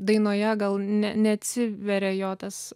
dainoje gal ne neatsiveria jo tas